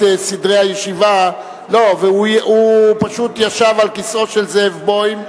סדרי הישיבה והוא פשוט ישב על כיסאו של זאב בוים.